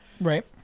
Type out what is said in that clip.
Right